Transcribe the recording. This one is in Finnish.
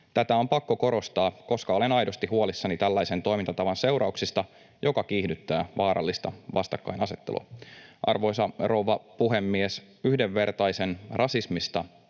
Tätä on pakko korostaa, koska olen aidosti huolissani tällaisen toimintatavan seurauksista, joka kiihdyttää vaarallista vastakkainasettelua. Arvoisa rouva puhemies! Yhdenvertaisen, rasismista